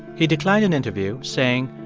he declined an interview, saying,